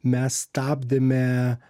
mes stabdėme